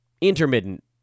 intermittent